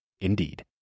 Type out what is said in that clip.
indeed